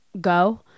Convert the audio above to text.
go